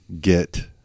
get